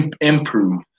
improve